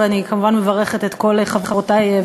ואני כמובן מברכת את כל חברותי,